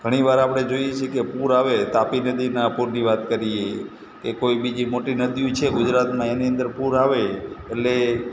ઘણી વાર આપણે જોઈએ છીએ કે પૂર આવે તાપી નદીના પૂરની વાત કરીએ કે કોઈ બીજી મોટી નદીઓ છે ગુજરાતમાં એની અંદર પૂર આવે એટલે